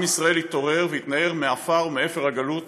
עם ישראל התעורר והתנער מעפר ומאפר הגלות,